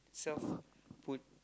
self put